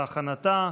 להכנתה.